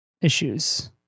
issues